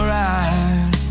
right